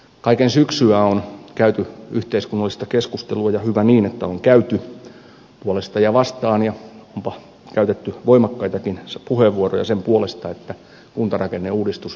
kaiken syksyä on käyty yhteiskunnallista keskustelua ja hyvä niin että on käyty puolesta ja vastaan ja onpa käytetty voimakkaitakin puheenvuoroja sen puolesta että kuntarakenneuudistus pitää tehdä